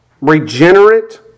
regenerate